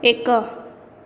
ଏକ